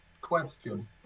question